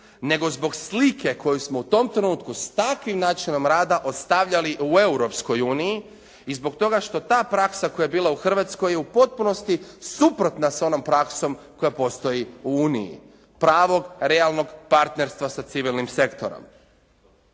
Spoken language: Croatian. nego zbog slike koje smo u tom trenutku s takvim načinom rada ostavljali u Europskoj uniji i zbog toga što takva praksa koja je bila u Hrvatskoj u potpunosti suprotna s onom praksom koja postoji u Uniji, pravog, realnog partnerstva sa civilnim sektorom.